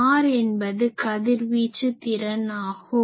r என்பது கதிர்வீச்சு திறன் ஆகும்